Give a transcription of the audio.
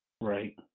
Right